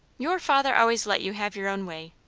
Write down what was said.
your father always let you have your own way.